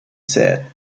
said